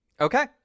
Okay